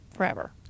Forever